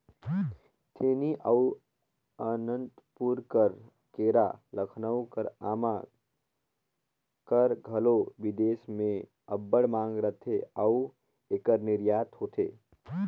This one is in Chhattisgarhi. थेनी अउ अनंतपुर कर केरा, लखनऊ कर आमा कर घलो बिदेस में अब्बड़ मांग रहथे अउ एकर निरयात होथे